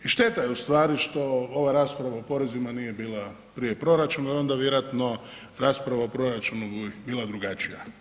I šteta je ustvari što ova rasprava o porezima nije bila prije proračuna jer onda bi vjerojatno rasprava o proračunu bila drugačija.